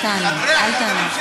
אל תענה, אל תענה.